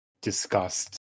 discussed